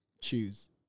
choose